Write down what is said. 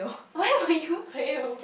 why will you fail